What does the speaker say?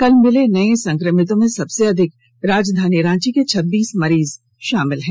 कल मिले नए संक्रमितों में सबसे अधिक राजधानी रांची के छब्बीस मरीज शामिल हैं